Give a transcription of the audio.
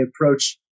approach